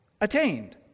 attained